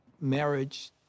marriage